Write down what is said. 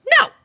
no